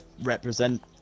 represent